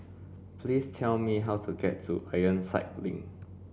please tell me how to get to Ironside Link